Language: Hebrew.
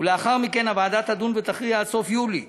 ולאחר מכן הוועדה תדון ותכריע עד סוף יולי.